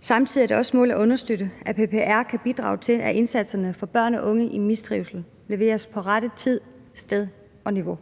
samtidig målet at understøtte, at PPR kan bidrage til, at indsatsen for børn og unge i mistrivsel leveres på rette tid, sted og niveau.